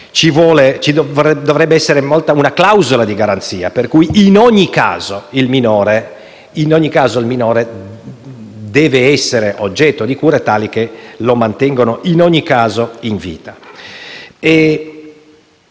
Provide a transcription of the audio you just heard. ci dovrebbe essere una clausola di garanzia per cui il minore deve essere oggetto di cure tali da mantenerlo in ogni caso in vita.